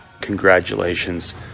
congratulations